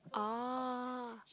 oh